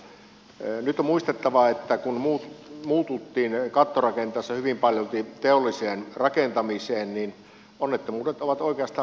nyt on muistettava että kun muututtiin kattorakenteissa hyvin paljolti teolliseen rakentamiseen niin onnettomuudet ovat oikeastaan vähän kasvaneet